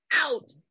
out